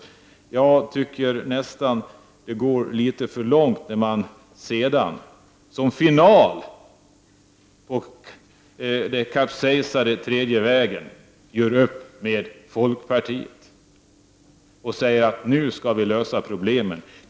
Jag tycker att det går nästan litet för långt när man sedan som final på den kapsejsade tredje vägens politik gör upp med folkpartiet för att lösa problemen.